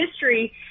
history